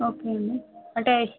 okay అండి అంటే